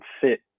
fit